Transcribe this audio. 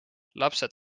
lapsed